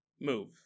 move